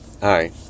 Hi